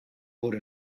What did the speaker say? wurde